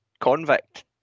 convict